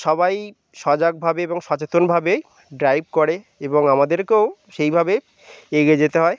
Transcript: সবাই সজাগভাবে এবং সচেতনভাবে ড্রাইভ করে এবং আমাদেরকেও সেইভাবে এগিয়ে যেতে হয়